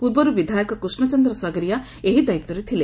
ପୂର୍ବରୁ ବିଦାୟକ କୂଷ୍ଟଚନ୍ଦ୍ର ଶଗରିଆ ଏହି ଦାୟିତ୍ୱରେ ଥିଲେ